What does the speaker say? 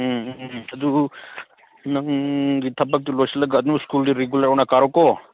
ꯎꯝ ꯎꯝ ꯑꯗꯨꯕꯨ ꯅꯪꯒꯤ ꯊꯕꯛꯇꯨ ꯂꯣꯏꯁꯤꯜꯂꯒ ꯅꯣꯏ ꯁ꯭ꯀꯨꯜꯗ ꯔꯤꯒꯨꯂꯔ ꯑꯣꯏꯅ ꯀꯥꯔꯣꯀꯣ